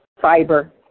fiber